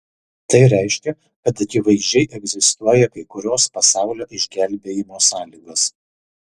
tai reiškia kad akivaizdžiai egzistuoja kai kurios pasaulio išgelbėjimo sąlygos